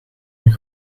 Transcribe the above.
een